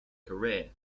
career